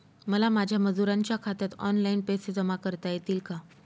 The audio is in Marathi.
मला माझ्या मजुरांच्या खात्यात ऑनलाइन पैसे जमा करता येतील का?